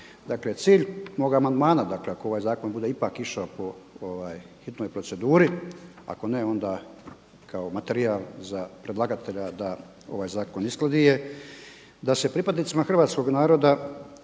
Dakle cilj mog amandmana, ako ovaj zakon bude ipak išao po hitnoj proceduri, ako ne onda kao materijal za predlagatelja da ovaj zakon uskladi je, da se pripadnicima hrvatskog naroda